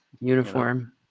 uniform